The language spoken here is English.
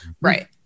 Right